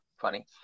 funny